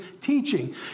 teaching